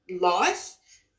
life